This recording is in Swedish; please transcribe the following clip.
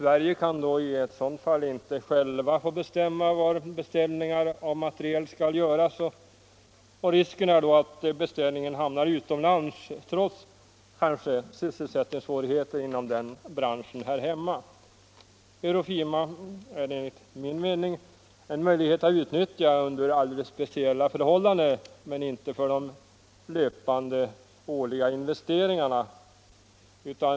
Vi kan i ett sådant fall inte själva få bestämma var beställning av materiel skall göras, och risk finns för att beställningen hamnar utomlands, trots att kanske sysselsättningssvårigheter finns inom den branschen här hemma. EUROFIMA är enligt min mening en möjlighet att utnyttja under alldeles speciella förhållanden, men inte för de löpande årliga investeringarna.